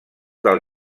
del